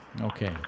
Okay